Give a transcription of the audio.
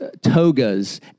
togas